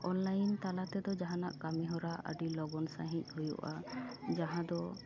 online ᱛᱟᱞᱟᱛᱮᱫᱚ ᱡᱟᱦᱟᱱᱟ ᱠᱟᱹᱢᱤᱦᱚᱨᱟ ᱟᱹᱰᱤ ᱞᱚᱜᱚᱱ ᱥᱟᱺᱦᱤᱡ ᱦᱩᱭᱩᱜᱼᱟ ᱡᱟᱦᱟᱸᱫᱚ